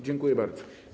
Dziękuję bardzo.